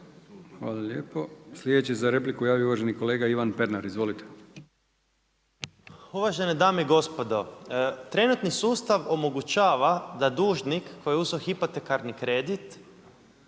hvala lijepo. Sljedeći za repliku se javio uvaženi kolega Ivan Pernar. Izvolite. **Pernar, Ivan (Živi zid)** Uvažene dame i gospodo, trenutni sustav omogućava da dužnik koji je uzeo hipotekarni kredit